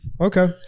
Okay